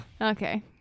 Okay